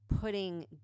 putting